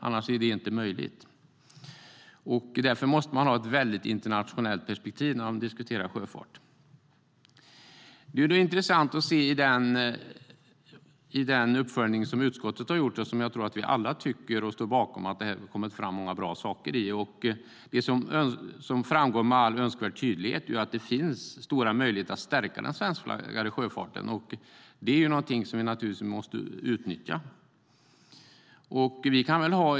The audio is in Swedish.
Annars är det inte möjligt.I den uppföljning som utskottet har gjort och som jag tror att vi alla står bakom har det kommit fram många bra saker. Det som framgår med all önskvärd tydlighet är att det finns stora möjligheter att stärka den svenskflaggade sjöfarten. Det är något som vi naturligtvis måste utnyttja.